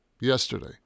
Yesterday